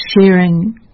sharing